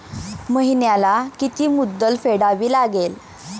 महिन्याला किती मुद्दल फेडावी लागेल?